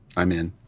i'm in.